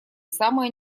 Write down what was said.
самое